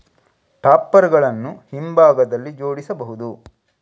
topper ಗಳನ್ನು ಹಿಂಭಾಗದಲ್ಲಿ ಜೋಡಿಸಬಹುದು